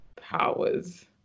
powers